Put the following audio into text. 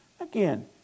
Again